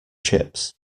chips